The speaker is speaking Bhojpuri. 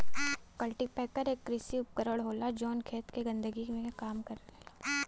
कल्टीपैकर एक कृषि उपकरण होला जौन खेत के गंदगी के कम करला